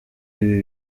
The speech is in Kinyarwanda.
ibi